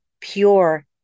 Pure